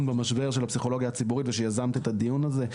במשבר של הפסיכולוגיה הציבורית ושיזמת את הדיון הזה.